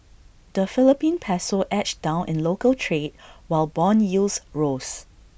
the Philippine Peso edged down in local trade while Bond yields rose